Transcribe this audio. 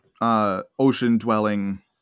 ocean-dwelling